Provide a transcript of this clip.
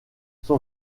son